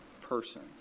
person